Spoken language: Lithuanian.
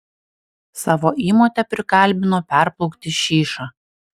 savo įmotę prikalbino perplaukti šyšą